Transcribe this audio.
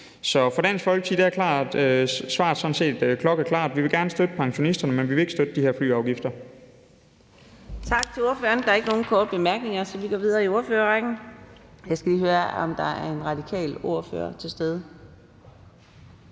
Så for Dansk Folkeparti er svaret sådan set klokkeklart: Vi vil gerne støtte pensionisterne, men vi vil ikke støtte de her flyafgifter.